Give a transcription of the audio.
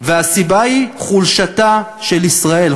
והסיבה היא חולשתה של ישראל,